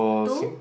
two